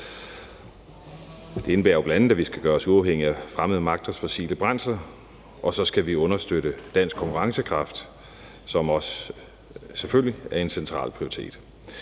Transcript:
det indebærer bl.a., at vi skal gøres uafhængig af fremmede magters fossile brændsler, og så skal vi understøtte dansk konkurrencekraft, som selvfølgelig også er en central prioritet.